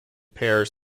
pairs